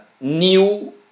new